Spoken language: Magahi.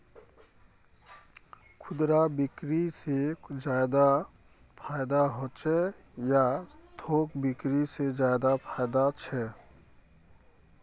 खुदरा बिक्री से ज्यादा फायदा होचे या थोक बिक्री से ज्यादा फायदा छे?